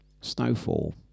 Snowfall